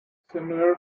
similar